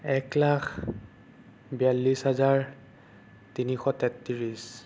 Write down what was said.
এক লাখ বিয়াল্লিছ হাজাৰ তিনিশ তেত্ৰিছ